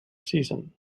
season